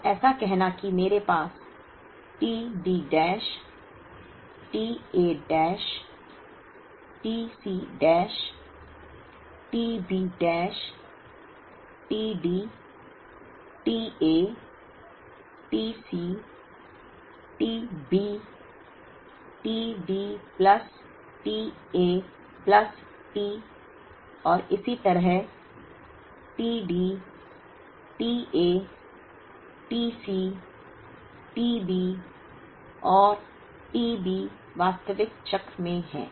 तो ऐसा कहना है कि मेरे पास t D dash t A dash t C dash t B dash t D t A t C t B t D plus t A plus t और इसी तरह t D t A t C t B और t B वास्तविक चक्र में है